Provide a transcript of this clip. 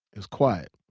it was quiet.